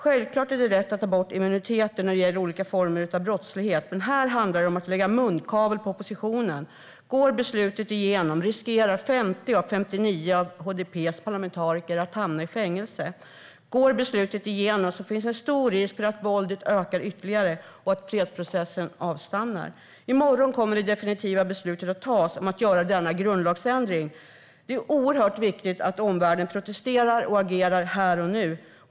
Självklart är det rätt att ta bort immuniteten när det gäller olika former av brottslighet. Men här handlar det om att lägga munkavle på oppositionen. Går beslutet igenom riskerar 50 av HDP:s 59 parlamentariker att hamna i fängelse. Går beslutet igenom finns det en stor risk för att våldet ökar ytterligare och att fredsprocessen avstannar. I morgon kommer det definitiva beslutet att tas om att göra denna grundlagsändring. Det är oerhört viktigt att omvärlden protesterar och agerar här och nu.